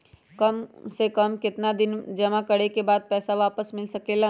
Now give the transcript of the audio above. काम से कम केतना दिन जमा करें बे बाद पैसा वापस मिल सकेला?